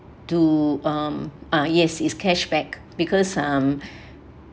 to um ah yes is cashback because um